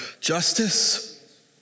justice